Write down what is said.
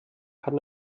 kann